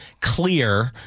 clear